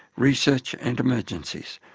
research and emergencies,